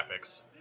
graphics